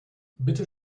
bitte